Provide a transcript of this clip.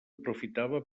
aprofitava